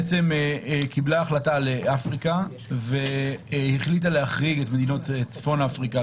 שקיבלה החלטה על אפריקה והחליטה להחריג את מדינות צפון אפריקה,